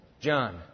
John